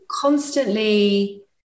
constantly